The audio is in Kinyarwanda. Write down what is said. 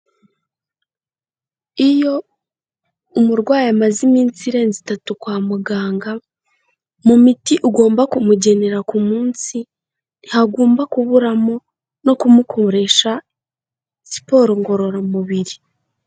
Iyo umurwayi amaze iminsi irenze itatu kwa muganga, mu miti ugomba kumugenera ku munsi ntihagomba kuburamo no kumukoresha siporo ngororamubiri.